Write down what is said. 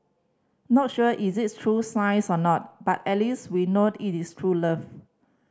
not sure is it true science or not but at least we know it is true love